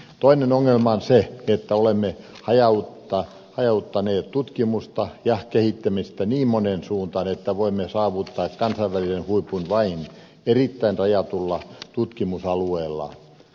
toinen ongelma on se että olemme hajauttaneet tutkimusta ja kehittämistä niin moneen suuntaan että voimme saavuttaa kansainvälisen huipun vain erittäin rajatulla tutkimusalueella